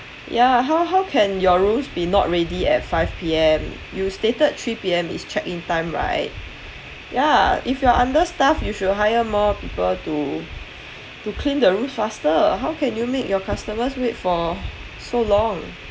ya how how can your rooms be not ready at five P_M you stated three P_M is check in time right yeah if you are understaffed you should hire more people to to clean the room faster how can you make your customers wait for so long